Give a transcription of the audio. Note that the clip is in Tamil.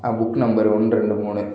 ஆ புக் நம்பர் ஒன்று ரெண்டு மூணு